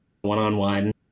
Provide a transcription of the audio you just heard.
one-on-one